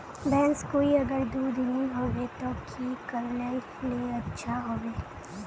भैंस कोई अगर दूध नि होबे तो की करले ले अच्छा होवे?